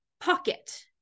pocket